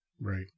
Right